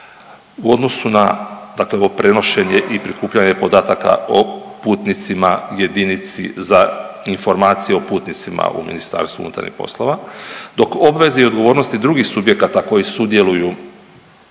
ovo prenošenje i prikupljanje podataka o putnicima, jedinici za informacije o putnicima u MUP-u, dok obveze i odgovornosti drugih subjekata koji sudjeluju